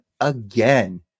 again